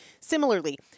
Similarly